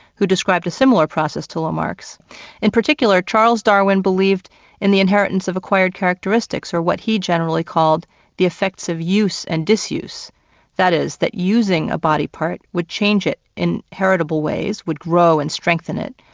who described a similar process to lamarck's and in particular, charles darwin believed in the inheritance of acquired characteristics, or what he generally called the effects of use and disuse that is, that using a body-party would change it in heritable ways, would grow and strengthen it,